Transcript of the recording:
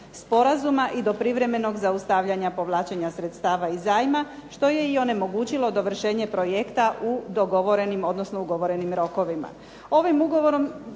i do privremenog zaustavljanja povlačenja sredstava iz zajma, što je i onemogućilo dovršenje projekta u dogovorenim, odnosno ugovorenim rokovima.